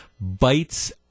bites